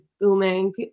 booming